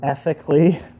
ethically